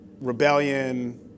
rebellion